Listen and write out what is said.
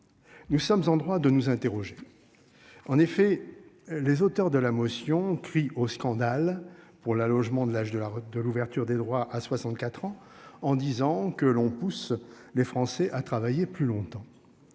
Nous sommes en droit de nous interroger. En effet. Les auteurs de la motion crie au scandale pour l'allongement de l'âge de la route de l'ouverture des droits à 64 ans en disant que l'on pousse les Français à travailler plus longtemps.